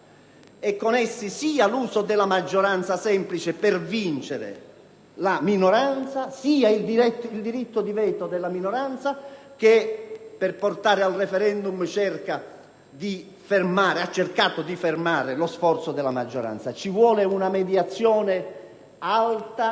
e con essi sia l'uso della maggioranza semplice per vincere sulla minoranza sia il diritto di veto della minoranza che, per portare al*referendum*, ha cercato di fermare lo sforzo della maggioranza. Ci vuole una mediazione alta,